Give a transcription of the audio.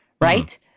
right